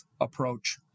approach